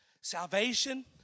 Salvation